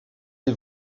les